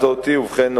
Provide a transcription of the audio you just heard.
1. ובכן,